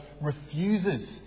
refuses